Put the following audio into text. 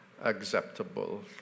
acceptable